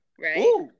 right